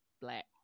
Black